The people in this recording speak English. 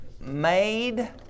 made